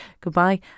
Goodbye